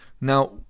Now